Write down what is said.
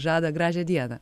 žada gražią dieną